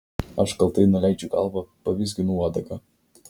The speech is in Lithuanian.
aš kaltai nuleidžiu galvą pavizginu uodegą